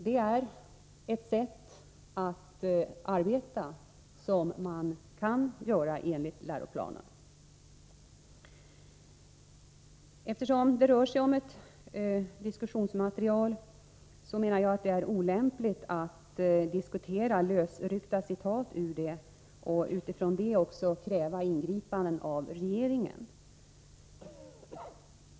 Det är ett sätt att arbeta som man enligt läroplanen kan använda. Eftersom det rör sig om ett diskussionsmaterial, menar jag att det är olämpligt att debattera lösryckta citat ur det liksom även att utifrån det kräva ingripanden av regeringen.